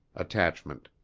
attachment